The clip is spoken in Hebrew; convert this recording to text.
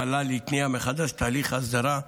המל"ל התניע מחדש תהליך אסדרה,